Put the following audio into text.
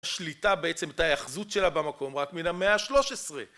שליטה בעצם את ההיאחזות שלה במקום רק מן המאה ה-13